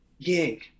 gig